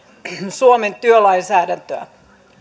suomen työlainsäädäntöä